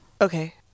Okay